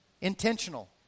intentional